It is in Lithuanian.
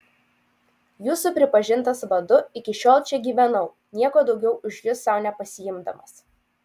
jūsų pripažintas vadu iki šiol čia gyvenau nieko daugiau už jus sau nepasiimdamas